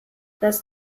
das